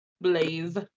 Blaze